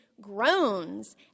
Groans